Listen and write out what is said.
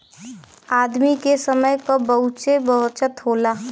आदमी के समय क बहुते बचत होला